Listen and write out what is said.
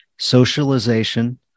socialization